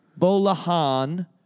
Bolahan